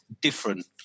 different